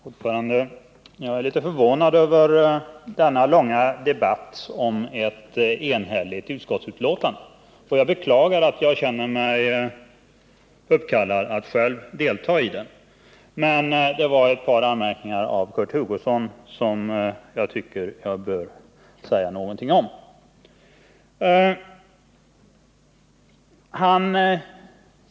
Herr talman! Jag är litet förvånad över denna långa debatt om ett enhälligt utskottsförslag och beklagar att jag själv känner mig uppkallad att delta i den. Det var emellertid ett par anmärkningar av Kurt Hugosson som jag tycker att jag bör säga någonting om.